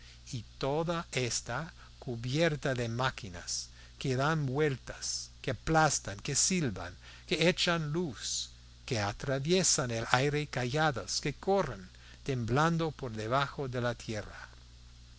y toda está cubierta de máquinas que dan vueltas que aplastan que silban que echan luz que atraviesan el aire calladas que corren temblando por debajo de la tierra